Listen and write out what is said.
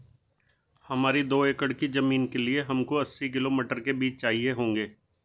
हमारी दो एकड़ की जमीन के लिए हमको अस्सी किलो मटर के बीज चाहिए होंगे